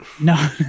No